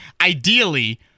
Ideally